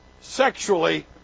sexually